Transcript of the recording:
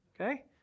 okay